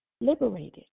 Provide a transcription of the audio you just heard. Liberated